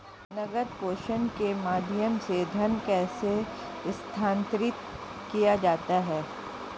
नकद प्रेषण के माध्यम से धन कैसे स्थानांतरित किया जाता है?